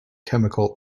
chemical